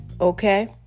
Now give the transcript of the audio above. okay